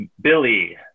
Billy